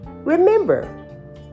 Remember